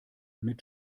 mit